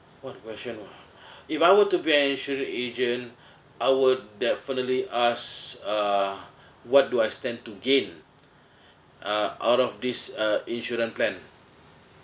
what question ah if I were to be an insurance agent I would definitely ask uh what do I stand to gain uh out of this uh insurance plan